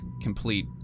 complete